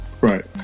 Right